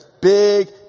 big